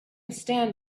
stand